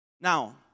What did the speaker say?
Now